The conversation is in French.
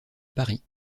paris